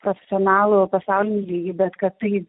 personalo pasaulio lygį bet kad tai